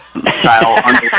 style